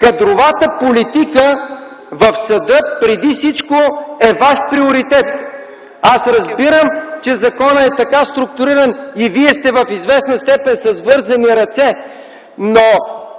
кадровата политика в съда преди всичко е Ваш приоритет. Разбираме, че законът е така структуриран, че Вие в известна степен сте с вързани ръце, но